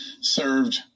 served